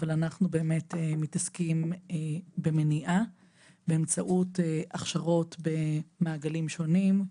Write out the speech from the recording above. אבל אנחנו באמת מתעסקים במניעה באמצעות הכשרות במעגלים שונים,